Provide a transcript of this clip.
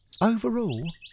Overall